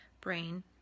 brain